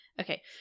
Okay